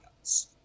else